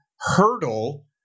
hurdle